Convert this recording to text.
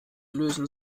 lösen